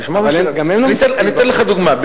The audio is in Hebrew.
אני אתן לך דוגמה.